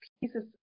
pieces